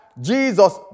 Jesus